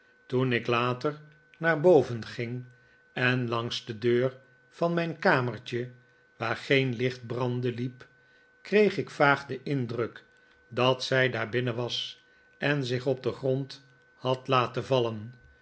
toen ik later naar boven ging en langs de deur van mijn kamertje waar geen licht brandde hep kreeg ik vaag den indruk dat zij daar binnen was en zich op den grond had laten vallen